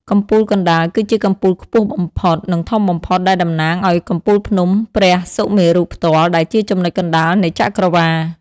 កំពូលកណ្តាល គឺជាកំពូលខ្ពស់បំផុត និងធំបំផុត ដែលតំណាងឲ្យកំពូលភ្នំព្រះសុមេរុផ្ទាល់ ដែលជាចំណុចកណ្តាលនៃចក្រវាឡ។